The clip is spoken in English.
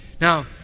Now